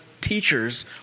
teachers